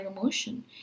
emotion